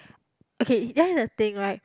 okay that is the thing right